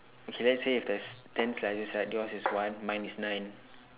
K let's I say if there's ten slices right yours is one mine is nine